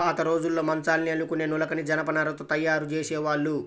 పాతరోజుల్లో మంచాల్ని అల్లుకునే నులకని జనపనారతో తయ్యారు జేసేవాళ్ళు